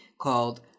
called